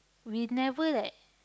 we never leh